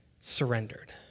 surrendered